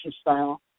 style